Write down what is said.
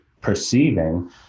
perceiving